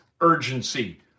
urgency